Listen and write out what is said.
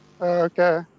Okay